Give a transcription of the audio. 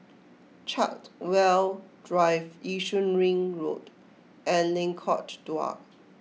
Chartwell Drive Yishun Ring Road and Lengkok Dua